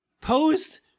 posed